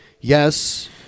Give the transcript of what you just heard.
yes